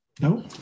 No